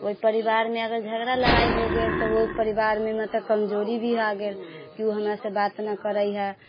ओहि परिवारमे अगर झगड़ा लड़ाइ हो गेल तऽ ओहि परिवारमे मतलब कमजोरी भी आ गेल की ओ हमरा से बात नहि करै हऽ